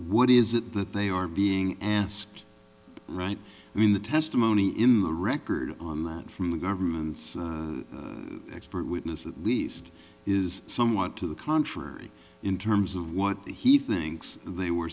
what is it that they are being asked right i mean the testimony in the record on that from the government's expert witness at least is somewhat to the contrary in terms of what he thinks they were